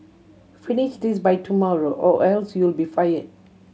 finish this by tomorrow or else you'll be fire